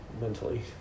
mentally